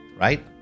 right